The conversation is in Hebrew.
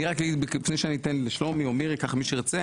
אני אגיד לפי שאתן לשלומי או מירי מי שירצה,